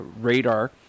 radar